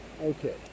Okay